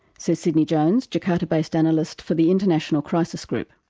says sidney jones, jakarta-based analyst for the international crisis group.